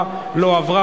נתקבלה.